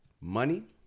money